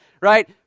right